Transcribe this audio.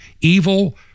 evil